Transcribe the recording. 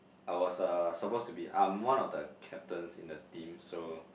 I was uh supposed to be I'm one of the captains in the team so